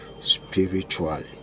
spiritually